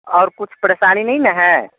और कुछ परेशानी नहीं न है